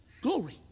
Glory